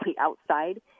outside